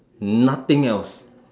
nothing else